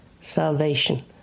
salvation